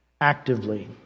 Actively